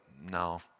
no